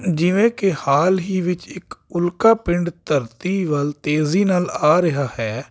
ਜਿਵੇਂ ਕਿ ਹਾਲ ਹੀ ਵਿੱਚ ਇੱਕ ਉਲਕਾ ਪਿੰਡ ਧਰਤੀ ਵੱਲ ਤੇਜ਼ੀ ਨਾਲ ਆ ਰਿਹਾ ਹੈ